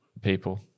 people